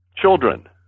children